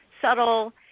Subtle